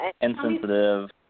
insensitive